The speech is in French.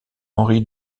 henri